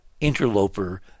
interloper